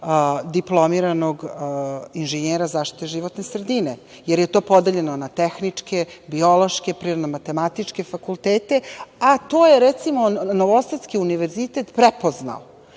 diplomiranog inženjera zaštite životne sredine jer je to podeljeno na tehničke, biološke, prirodno-matematičke fakultete, a to je recimo Novosadski univerzitet prepoznao